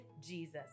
Jesus